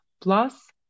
plus